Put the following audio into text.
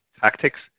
Tactics